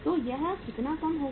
तो यह कितना काम करेगा